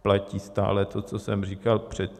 Platí stále to, co jsem říkal předtím.